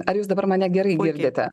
ar jūs dabar mane gerai girdite